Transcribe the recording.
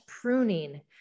pruning